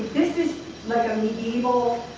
is like a medieval